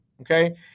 okay